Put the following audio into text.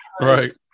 right